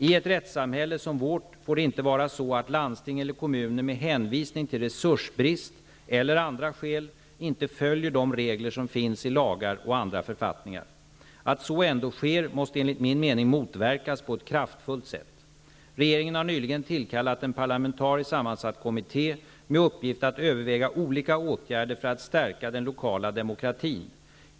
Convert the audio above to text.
I ett rättssamhälle som vårt får det inte vara så att landsting eller kommuner med hänvisning till resursbrist eller andra skäl inte följer de regler som finns i lagar och andra författningar. Att så ändå sker måste enligt min mening motverkas på ett kraftfullt sätt. Regeringen har nyligen tillkallat en parlamentariskt sammansatt kommitté med uppgift att överväga olika åtgärder för att stärka den lokala demokratin.